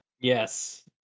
Yes